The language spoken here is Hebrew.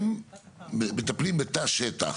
הם מטפלים בתא שטח.